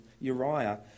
Uriah